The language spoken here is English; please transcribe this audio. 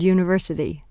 University